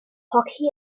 hockey